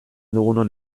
dugunon